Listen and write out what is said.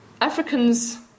Africans